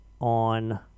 on